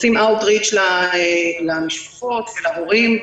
עושים אאוט-ריץ' למשפחות ולהורים,